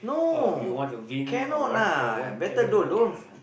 or you want to win or what whatever the clock cannot lah